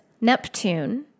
Neptune